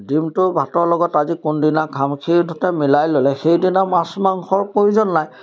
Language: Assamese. ডিমটো ভাতৰ লগত আজি কোনদিনা খাম সেইগতে মিলাই ল'লে সেইদিনা মাছ মাংসৰ প্ৰয়োজন নাই